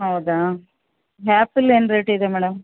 ಹೌದಾ ಹ್ಯಾಪಲ್ ಏನು ರೇಟ್ ಇದೆ ಮೇಡಮ್